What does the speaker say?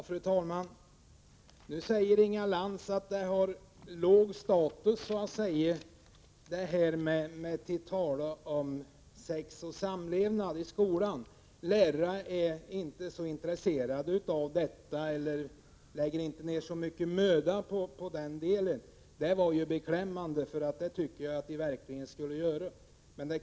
Fru talman! Nu säger Inga Lantz att det har låg status att tala om sex och samlevnad i skolan och att lärarna därför inte är så intresserade och inte lägger ned så mycket möda på den undervisningen. Det är beklämmande att höra. Jag tycker att de borde göra det.